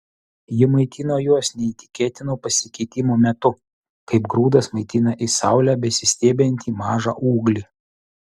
ji maitino juos neįtikėtino pasikeitimo metu kaip grūdas maitina į saulę besistiebiantį mažą ūglį